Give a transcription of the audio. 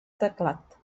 teclat